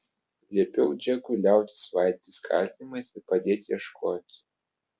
liepiau džekui liautis svaidytis kaltinimais ir padėti ieškoti